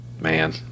man